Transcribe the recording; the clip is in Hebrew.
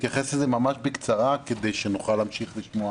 ממש בקצרה כדי שנוכל להמשיך לשמוע